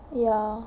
ya